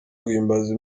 guhimbaza